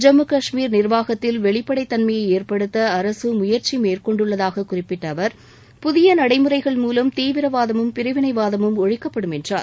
ஜம்மு நிர்வாகத்தில் வெளிப்படைத் தன்மையை ஏற்படுத்த அரசு முயற்சி மேற்கொண்டுள்ளதாக குறிப்பிட்ட அவர் புதிய நடைமுறைகள் மூலம் தீவிரவாதமும் பிரிவினை வாதமும் ஒழிக்கப்படும் என்றார்